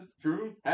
true